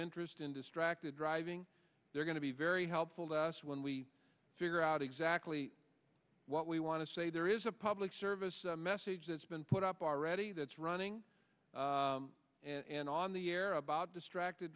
interest in distracted driving they're going to be very helpful to us when we figure out exactly what we want to say there is a public service message that's been put up aready that's running and on the air about distracted